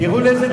תראו לאיזו דרגה.